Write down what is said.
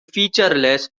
featureless